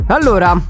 Allora